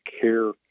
care